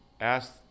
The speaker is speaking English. asked